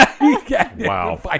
Wow